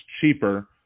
cheaper